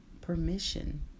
permission